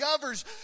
governs